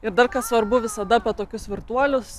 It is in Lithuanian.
ir dar kas svarbu visada apie tokius virtuolius